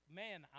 man